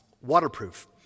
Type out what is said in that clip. waterproof